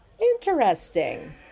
Interesting